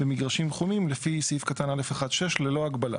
במגרשים חומים, לפי סעיף קטן א' 1, 6 ללא הגבלה.